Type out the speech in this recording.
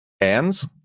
hands